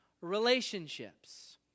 relationships